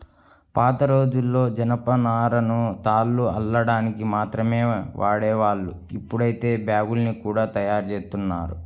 పాతరోజుల్లో జనపనారను తాళ్లు అల్లడానికి మాత్రమే వాడేవాళ్ళు, ఇప్పుడైతే బ్యాగ్గుల్ని గూడా తయ్యారుజేత్తన్నారు